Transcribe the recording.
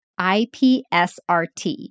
IPSRT